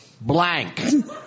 blank